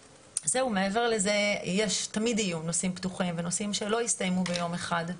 מעבר לזה תמיד יהיו נושאים פתוחים ונושאים שלא יסתיימו ביום אחד,